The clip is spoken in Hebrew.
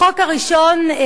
החוק הראשון,